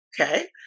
okay